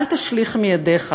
אל תשליך מידיך